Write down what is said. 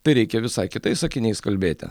tai reikia visai kitais sakiniais kalbėti